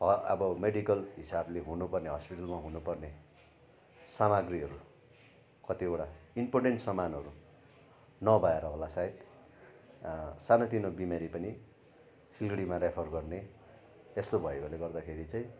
ह अब मेडिकल हिसाबले हुनुपर्ने हस्पिटलमा हुनुपर्ने सामग्रीहरू कतिवटा इम्पोर्टेन्ट सामानहरू नभएर होला सायद सानोतिनो बिमारी पनि सिलगढीमा रेफर गर्ने त्यस्तो भएकोले गर्दाखेरि चाहिँ